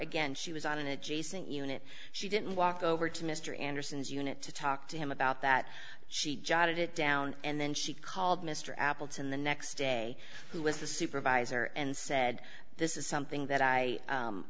again she was on an adjacent unit she didn't walk over to mr anderson's unit to talk to him about that she jotted it down and then she called mr appleton the next day who was the supervisor and said this is something that i